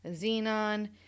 Xenon